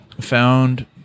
found